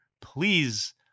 please